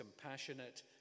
compassionate